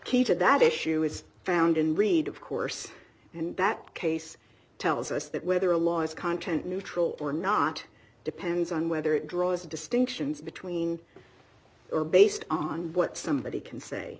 key to that issue is found and read of course and that case tells us that whether a law is content neutral or not depends on whether it draws distinctions between or based on what somebody can say